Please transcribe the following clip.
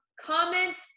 comments